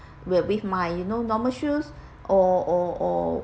with my you know normal shoes or or or